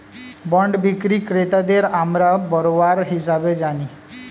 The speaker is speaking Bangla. বন্ড বিক্রি ক্রেতাদের আমরা বরোয়ার হিসেবে জানি